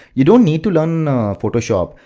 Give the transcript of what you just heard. you don't need to learn photoshop.